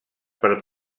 per